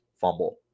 fumble